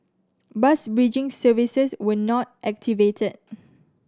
bus bridging services were not activated